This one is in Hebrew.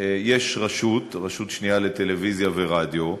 יש רשות, רשות שנייה לטלוויזיה ורדיו,